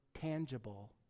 tangible